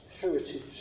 Heritage